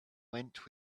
went